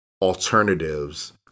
alternatives